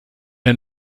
der